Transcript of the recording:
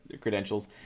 credentials